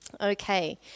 Okay